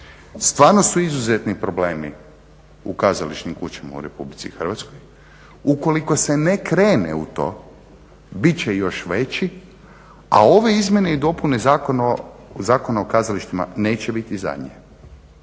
Stvarno su izuzetni problemi u kazališnim kućama u Republici Hrvatskoj. Ukoliko se ne krene u to bit će još veći, a ove izmjene i dopune Zakona o kazalištima neće biti zadnje.